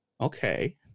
Okay